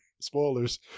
Spoilers